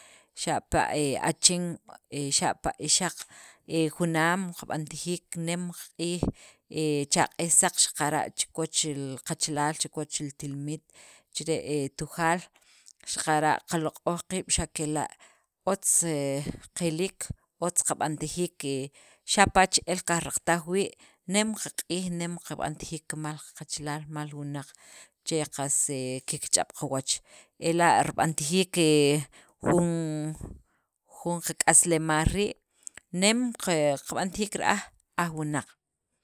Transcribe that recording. Xapa' he achin xapa' ixaq junaam qab'antajiik, nemqaq'iij he cha q'iij saq xaqara' chi kiwach qachalaal chi kiwach li tinimet chire' he Tujaal xaqara' qaloq'oj qiib', xa' kela' otz he qiliik, otz qab'atajiik he xapa' che'el qajraqataj wii' nem qaq'iij, nem qab'antajiik kimal qachalaal rimal li wunaq che qas he kikch'ab' kiwach. Ela' rib'antajiik qak'aslemaal rii' nem qab'antajiik ra'aj aj wunaq.